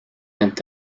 het